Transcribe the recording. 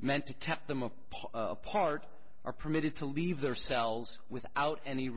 meant to tell them apart apart are permitted to leave their cells without any